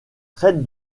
traite